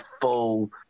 full